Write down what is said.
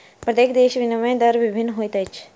प्रत्येक देशक विनिमय दर भिन्न होइत अछि